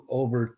over